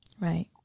Right